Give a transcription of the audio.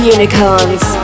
Unicorns